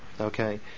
Okay